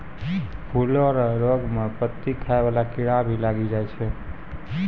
फूलो रो रोग मे पत्ती खाय वाला कीड़ा भी लागी जाय छै